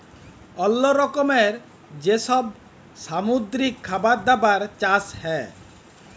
অল্লো রকমের যে সব সামুদ্রিক খাবার দাবার চাষ হ্যয়